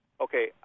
okay